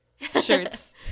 shirts